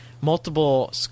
multiple